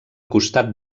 costat